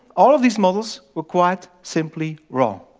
all of these models were quite simply wrong.